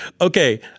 Okay